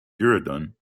dehradun